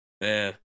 Man